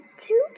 two